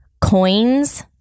Coins